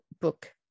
book